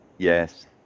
Yes